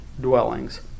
dwellings